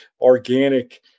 organic